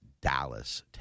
Dallas